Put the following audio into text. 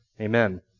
Amen